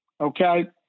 okay